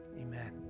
amen